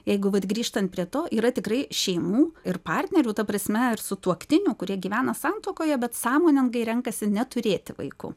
jeigu vat grįžtant prie to yra tikrai šeimų ir partnerių ta prasme ir sutuoktinių kurie gyvena santuokoje bet sąmoningai renkasi neturėti vaikų